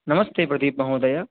नमस्ते प्रदीप महोदय